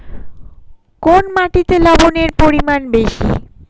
কোন মাটিতে লবণের পরিমাণ বেশি?